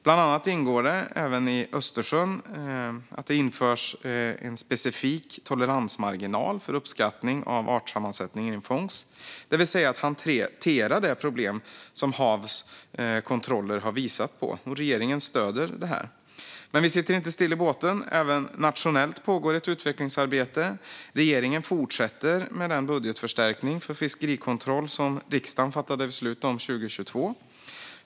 Bland annat ingår att det även i Östersjön införs en specifik toleransmarginal för uppskattning av artsammansättningen i en fångst, det vill säga att hantera det problem som HaV:s kontroller har visat på. Och regeringen stöder detta. Men vi sitter inte still i båten. Även nationellt pågår ett utvecklingsarbete. Regeringen fortsätter med den budgetförstärkning för fiskerikontroll som riksdagen fattade beslut om 2022.